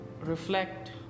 reflect